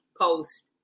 post